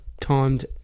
timed